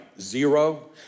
zero